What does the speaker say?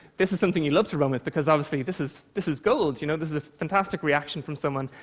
this is something you'd love to run with, because obviously, this is this is gold. you know? this is a fantastic reaction from someone,